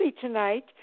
tonight